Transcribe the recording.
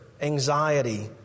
anxiety